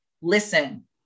listen